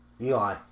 Eli